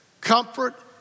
comfort